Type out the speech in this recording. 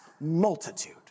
multitude